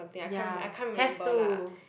ya have to